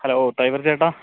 hello driver ചേട്ടാ